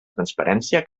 transparència